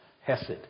Hesed